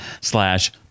slash